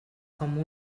com